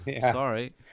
Sorry